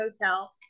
hotel